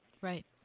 right